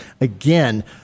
Again